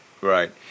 right